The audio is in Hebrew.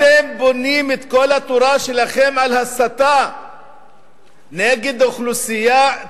אתם בונים את כל התורה שלכם על הסתה נגד אוכלוסייה,